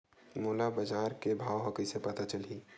मोला बजार के भाव ह कइसे पता चलही?